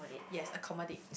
yes accommodate